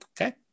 Okay